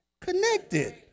connected